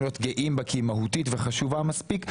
להיות גאים בה כי היא מהותית וחשובה מספיק,